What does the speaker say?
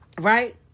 right